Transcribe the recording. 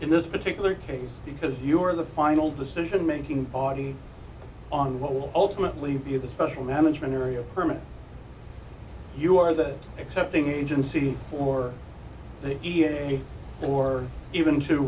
in this particular case because you are the final decision making body on what will ultimately be the special management area permit you are that accepting agency for e a or even to